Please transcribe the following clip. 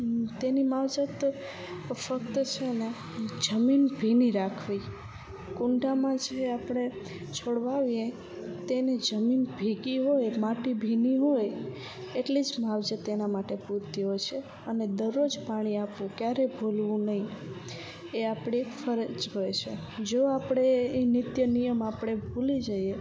તેની માવજત તો ફક્ત છે ને જમીન ભીની રાખવી કુંડામાં જે આપણે છોડ વાવીએ તેની જમીન ભીગી હોય માટી ભીની હોય એટલી જ માવજત તેના માટે પૂરતી હોય છે અને દરરોજ પાણી આપવું ક્યારેય ભૂલવું નહીં એ આપણી ફરજ હોય છે જો આપણે એ નિત્ય નિયમ આપણે ભૂલી જઈએ